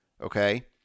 okay